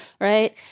right